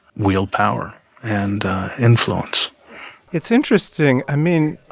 wield power and influence it's interesting. i mean,